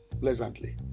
pleasantly